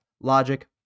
Logic